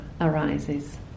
arises